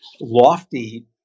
lofty